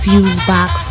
Fusebox